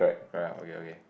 correct ah okay okay